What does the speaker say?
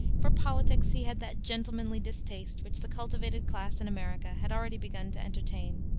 for politics he had that gentlemanly distaste which the cultivated class in america had already begun to entertain.